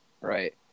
Right